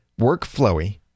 Workflowy